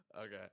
Okay